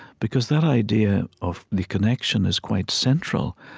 because that idea of the connection is quite central,